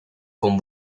con